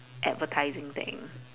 advertising thing